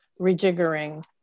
rejiggering